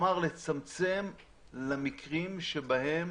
למקרים שבהם